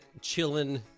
chilling